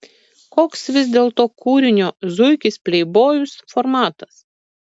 koks vis dėlto kūrinio zuikis pleibojus formatas